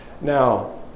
now